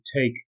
take